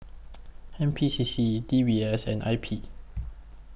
N P C C D B S and I P